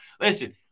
Listen